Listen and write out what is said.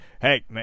hey